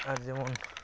ᱟᱨ ᱡᱮᱢᱚᱱ